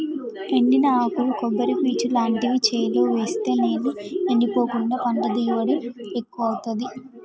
ఎండిన ఆకులు కొబ్బరి పీచు లాంటివి చేలో వేస్తె నేల ఎండిపోకుండా పంట దిగుబడి ఎక్కువొత్తదీ